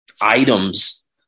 items